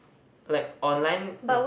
like online